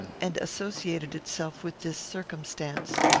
and associated itself with this circumstance.